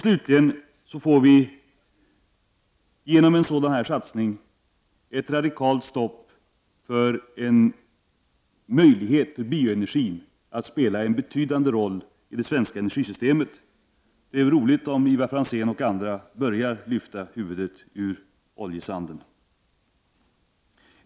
Slutligen får vi, genom en sådan här satsning, ett radikalt stopp för bioenergins möjlighet att spela en betydande roll i det svenska energisystemet. Det är roligt om Ivar Franzén och andra börjar lyfta huvudet ur oljesanden.